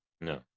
No